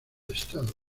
estado